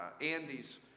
Andy's